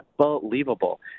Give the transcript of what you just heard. unbelievable